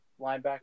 linebacker